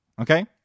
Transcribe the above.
Okay